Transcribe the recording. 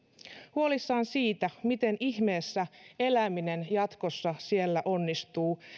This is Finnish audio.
huolissaan siitä miten ihmeessä eläminen jatkossa siellä onnistuu